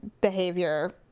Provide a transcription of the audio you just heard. behavior